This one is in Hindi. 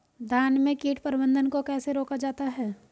धान में कीट प्रबंधन को कैसे रोका जाता है?